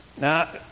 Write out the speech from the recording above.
Now